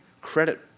credit